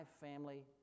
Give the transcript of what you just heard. family